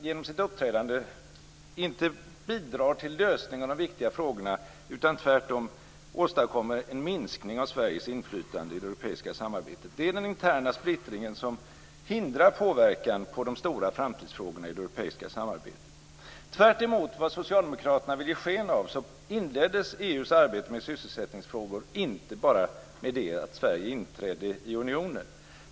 Genom sitt uppträdande bidrar man inte till lösningen av de viktiga frågorna utan åstadkommer tvärtom en minskning av Sveriges inflytande i det europeiska samarbetet. Det är den interna splittringen som hindrar påverkan på de stora framtidsfrågorna i det europeiska samarbetet. Tvärtemot vad socialdemokrater vill ge sken av, inleddes EU:s arbete med sysselsättningsfrågor inte i och med att Sverige inträdde i unionen.